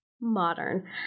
Modern